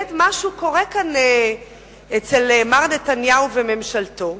באמת משהו קורה כאן, אצל מר נתניהו וממשלתו.